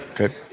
Okay